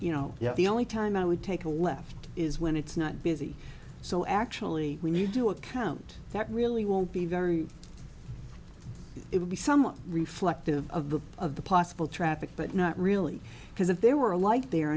you know yeah the only time i would take a left is when it's not busy so actually we need do a count that really won't be very it will be somewhat reflective of the of the possible traffic but not really because if there were a like there